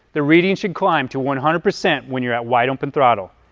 the reading should climb to one hundred percent when you are at wide-open throttle.